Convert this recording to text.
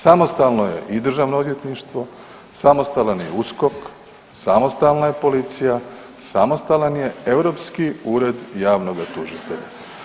Samostalno je i Državno odvjetništvo, samostalan je i USKOK, samostalna je policija, samostalan je Europski ured javnog tužitelja.